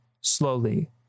slowly